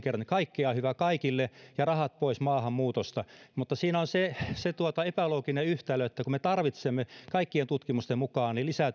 kaikkea hyvää kaikille ja rahat pois maahanmuutosta mutta siinä on se se epälooginen yhtälö että me tarvitsemme kaikkien tutkimusten mukaan lisää